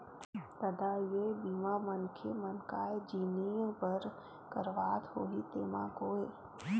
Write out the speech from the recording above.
ददा ये बीमा मनखे मन काय जिनिय बर करवात होही तेमा गोय?